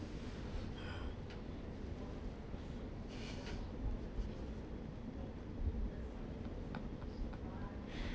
mm